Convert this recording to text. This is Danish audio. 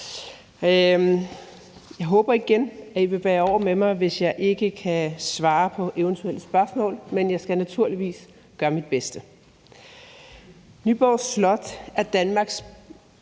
Jeg håber, at I igen vil bære over med mig, hvis jeg ikke kan svare på eventuelle spørgsmål, men jeg skal naturligvis gøre mit bedste.